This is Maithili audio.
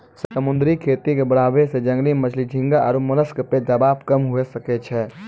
समुद्री खेती के बढ़ाबै से जंगली मछली, झींगा आरु मोलस्क पे दबाब कम हुये सकै छै